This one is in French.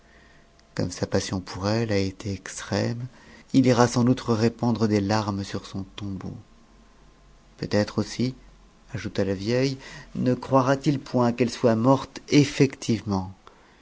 comme sa passion pour elle a été extrême il ira sans doute répandre des larmes sur son tombeau peut-être aussi ajouta la vieille ne croira-t-il point qu'elle soit morte effectivement